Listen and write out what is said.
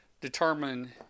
determine